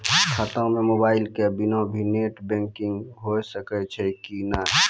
खाता म मोबाइल के बिना भी नेट बैंकिग होय सकैय छै कि नै?